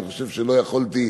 אני חושב שלא יכולתי,